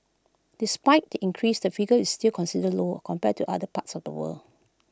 despite the increase the figure is still considered low compared to other parts of the world